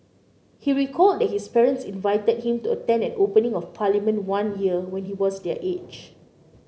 he recalled that his parents invited him to attend an opening of Parliament one year when he was their age